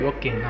Okay